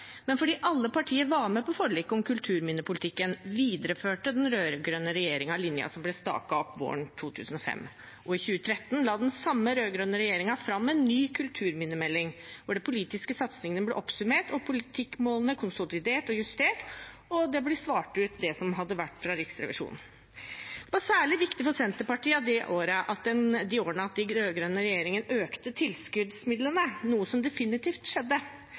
men fordi alle partier var med på forliket om kulturminnepolitikken, videreførte den rød-grønne regjeringen linjen som ble staket opp våren 2005. I 2013 la den samme rød-grønne regjeringen fram en ny kulturminnemelding, hvor de politiske satsingene ble oppsummert og politikkmålene konsolidert og justert, og det som hadde vært fra Riksrevisjonen, ble svart ut. Det var særlig viktig for Senterpartiet de årene at den rød-grønne regjeringen økte tilskuddsmidlene, noe som definitivt skjedde.